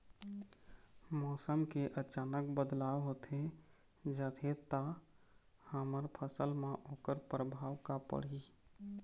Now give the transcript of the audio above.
मौसम के अचानक बदलाव होथे जाथे ता हमर फसल मा ओकर परभाव का पढ़ी?